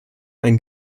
einen